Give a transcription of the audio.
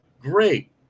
Great